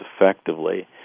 effectively